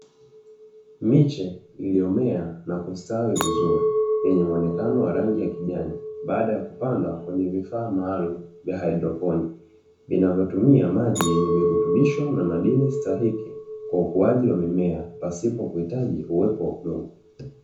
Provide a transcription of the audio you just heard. Miche iliyomea na kustawi vizuri yenye muonekano wa rangi ya kijani baada ya kupandwa kwenye vifaa maalumu ya haidroponi, vinavyotumia maji yenye virutubisho na madini stahiki kwa ukuaji wa mimea pasipo kuhitaji uwepo wa udongo.